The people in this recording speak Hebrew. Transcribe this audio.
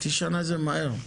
חצי שנה זה מהר.